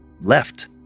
left